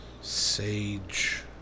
Sage